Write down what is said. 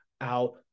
out